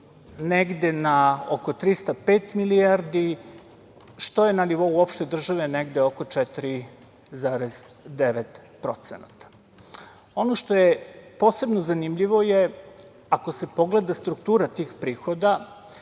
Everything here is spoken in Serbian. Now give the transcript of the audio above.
negde na oko 305 milijardi, što je na nivou uopšte države negde oko 4,9%.Ono što je posebno zanimljivo je, ako se pogleda struktura tih prihoda,